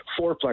fourplex